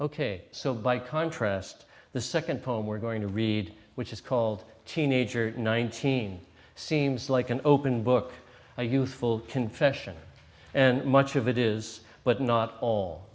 ok so by contrast the second poem we're going to read which is called teenager nineteen seems like an open book a youthful confession and much of it is but not all